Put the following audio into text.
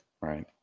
right